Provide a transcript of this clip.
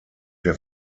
der